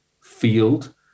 field